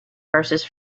verses